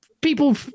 People